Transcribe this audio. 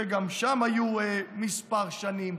שגם שם היו כמה שנים.